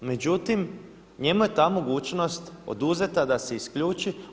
Međutim, njemu je ta mogućnost oduzeta da se isključi.